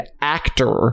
actor